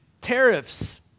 tariffs